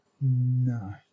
No